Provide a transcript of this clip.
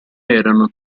erano